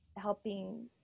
helping